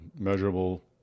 measurable